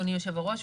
אדוני יושב הראש,